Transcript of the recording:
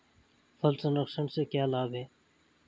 फल संरक्षण से क्या लाभ है?